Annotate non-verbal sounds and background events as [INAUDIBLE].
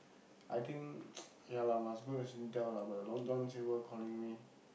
I think [NOISE] ya lah must go to Singtel lah but the Long-John-Silvers calling me